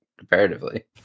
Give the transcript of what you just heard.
Comparatively